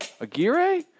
Aguirre